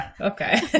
okay